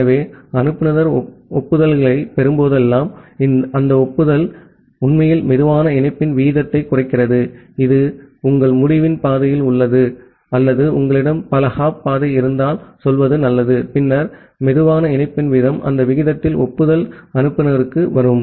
ஆகவே அனுப்புநர் ஒப்புதல்களைப் பெறும்போதெல்லாம் அந்த ஒப்புதல் உண்மையில் சுலோ இணைப்பின் வீதத்தைக் குறிக்கிறது இது உங்கள் முடிவின் பாதையில் உள்ளது அல்லது உங்களிடம் பல ஹாப் பாதை இருந்தால் சொல்வது நல்லது ஆகும் பின்னர் சுலோ இணைப்பின் வீதம் அந்த விகிதத்தில் ஒப்புதல் அனுப்புநருக்கு வரும்